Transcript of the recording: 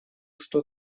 что